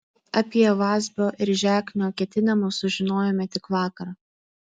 apie vazbio ir žeknio ketinimus sužinojome tik vakar